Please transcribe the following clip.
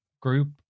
group